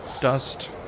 dust